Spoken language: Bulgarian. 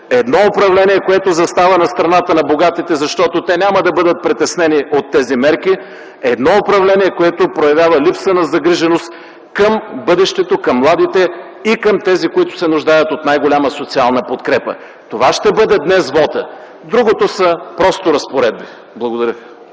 Едно управление, което застава на страната на богатите, защото те няма да бъдат притеснени от тези мерки! Едно управление, което проявява липса на загриженост към бъдещето, към младите и към тези, които се нуждаят от най-голяма социална подкрепа! Това ще бъде днес вотът, другото са просто разпоредби. Благодаря.